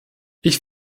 ich